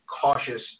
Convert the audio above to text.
cautious